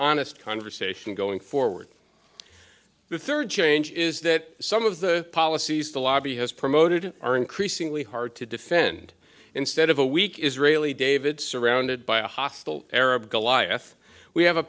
honest conversation going forward the third change is that some of the policies the lobby has promoted are increasingly hard to defend instead of a weak israeli david surrounded by a hostile arab goal lyeth we have a